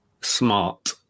smart